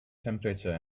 temperature